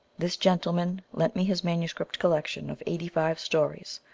this gentleman lent me his manuscript collection of eighty-five stories,